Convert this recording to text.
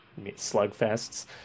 slugfests